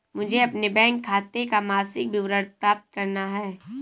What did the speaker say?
मुझे अपने बैंक खाते का मासिक विवरण प्राप्त करना है?